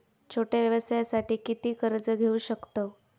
छोट्या व्यवसायासाठी किती कर्ज घेऊ शकतव?